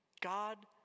God